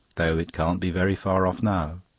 though it can't be very far off now.